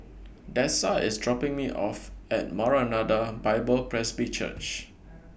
Dessa IS dropping Me off At Maranatha Bible Presby Church